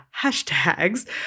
hashtags